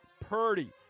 Purdy